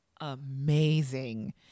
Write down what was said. amazing